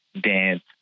dance